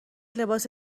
لباس